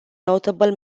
notable